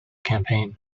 campaign